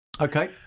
Okay